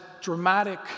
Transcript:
dramatic